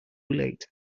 late